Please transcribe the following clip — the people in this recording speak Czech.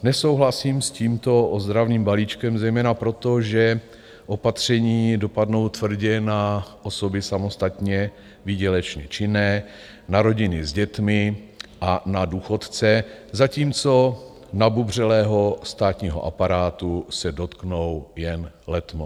Nesouhlasím s tímto ozdravným balíčkem zejména proto, že opatření dopadnou tvrdě na osoby samostatně výdělečně činné, na rodiny s dětmi a na důchodce, zatímco nabubřelého státního aparátu se dotknou jen letmo.